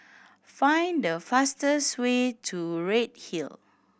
find the fastest way to Redhill